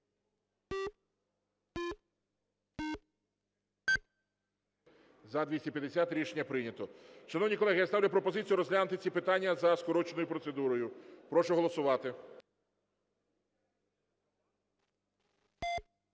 За-250 Рішення прийнято. Шановні колеги, я ставлю пропозицію розглянути ці питання за скороченою процедурою. Прошу голосувати.